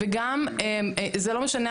וגם זה לא משנה,